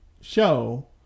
show